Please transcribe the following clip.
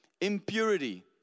impurity